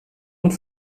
und